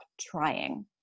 trying